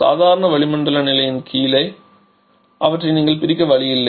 சாதாரண வளிமண்டல நிலைமையின் கீழ் அவற்றை நீங்கள் பிரிக்க வழி இல்லை